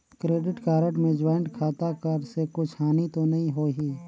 Credit card मे joint खाता कर से कुछ हानि तो नइ होही?